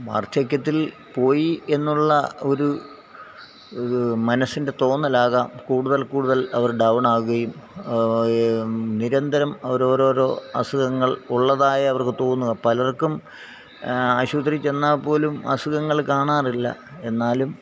വാർദ്ധക്യത്തിൽ പോയി എന്നുള്ള ഒരു മനസ്സിന്റെ തോന്നലാകാം കൂടുതൽ കൂടുതൽ അവർ ഡൗൺ ആകുകയും നിരന്തരം അവര് ഓരോരോ അസുഖങ്ങൾ ഉള്ളതായവർക്ക് തോന്നുക പലർക്കും ആശുപത്രിയിൽ ചെന്നാല്പ്പോലും അസുഖങ്ങള് കാണാറില്ല എന്നാലും